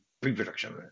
pre-production